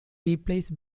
replaced